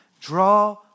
Draw